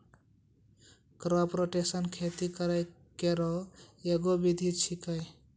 crop rotation खेती करै केरो एगो विधि छिकै